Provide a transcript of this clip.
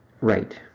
Right